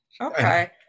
Okay